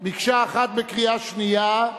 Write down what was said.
מקשה אחת, בקריאה שנייה,